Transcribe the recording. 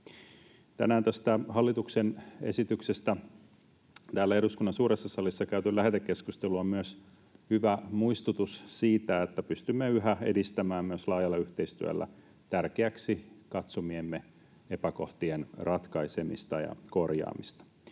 Tänään tästä hallituksen esityksestä täällä eduskunnan suuressa salissa käyty lähetekeskustelu on myös hyvä muistutus siitä, että pystymme yhä edistämään myös laajalla yhteistyöllä tärkeiksi katsomiemme epäkohtien ratkaisemista ja korjaamista.